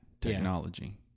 technology